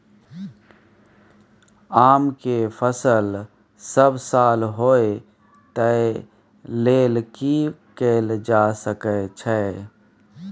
आम के फसल सब साल होय तै लेल की कैल जा सकै छै?